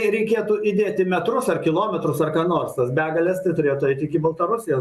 reikėtų įdėti metrus ar kilometrus ar ką nors tas begales tai turėtų eit iki baltarusijos